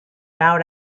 bowed